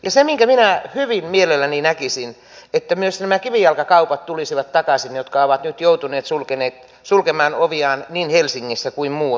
ja se minkä minä hyvin mielelläni näkisin on että myös nämä kivijalkakaupat tulisivat takaisin jotka ovat nyt joutuneet sulkemaan oviaan niin helsingissä kuin muuallakin